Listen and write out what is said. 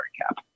cap